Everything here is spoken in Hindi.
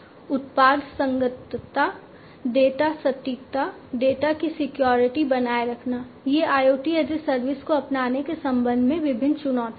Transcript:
उत्पाद संगतता डेटा सटीकता डेटा की सिक्योरिटी बनाए रखना ये IoT एज ए सर्विस को अपनाने के संबंध में विभिन्न चुनौतियाँ हैं